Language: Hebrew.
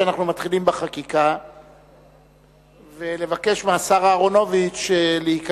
שאנחנו מתחילים בחקיקה ולבקש ממנו להיכנס.